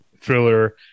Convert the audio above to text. thriller